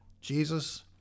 Jesus